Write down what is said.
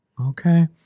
okay